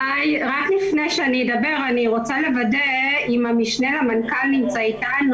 אני רוצה לוודא אם המשנה למנכ"ל נמצא אתנו.